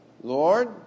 Lord